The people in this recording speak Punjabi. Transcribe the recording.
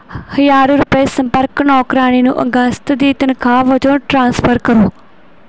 ਹਜ਼ਾਰ ਰੁਪਏ ਸੰਪਰਕ ਨੌਕਰਾਣੀ ਨੂੰ ਅਗਸਤ ਦੀ ਤਨਖਾਹ ਵਜੋਂ ਟ੍ਰਾਂਸਫਰ ਕਰੋ